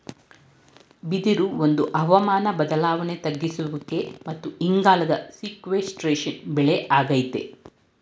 ಬಿದಿರು ಒಂದು ಹವಾಮಾನ ಬದ್ಲಾವಣೆ ತಗ್ಗಿಸುವಿಕೆ ಮತ್ತು ಇಂಗಾಲದ ಸೀಕ್ವೆಸ್ಟ್ರೇಶನ್ ಬೆಳೆ ಆಗೈತೆ